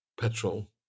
petrol